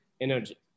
energy